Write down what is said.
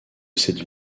cette